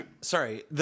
sorry